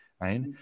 right